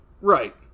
Right